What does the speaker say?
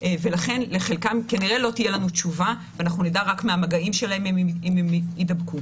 ולכן לחלקם כנראה לא תהיה לנו תשובה ונדע רק מהמגעים שלהם אם הם יידבקו.